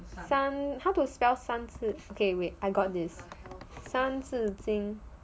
善 how to spell 三字 okay wait I got this 三字经